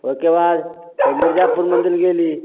ओहिकेबाद फेर मिर्जापुर मन्दिर गेली